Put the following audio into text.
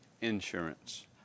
insurance